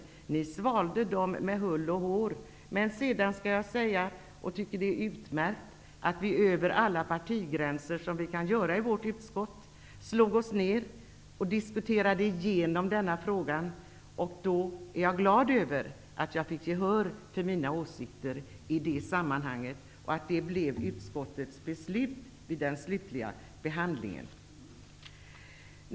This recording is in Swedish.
Ni svalde dem med hull och hår. Men jag vill säga att vi -- som vi kan göra i vårt utskott -- diskuterade igenom frågan över partigränserna. Jag är glad att jag i det sammanhanget fick gehör för mina åsikter och att det blev utskottets beslut vid den slutliga behandlingen.